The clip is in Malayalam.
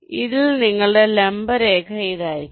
ഇതിൽ നിങ്ങളുടെ ലംബ രേഖ ഇതായിരിക്കും